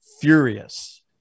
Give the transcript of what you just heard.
furious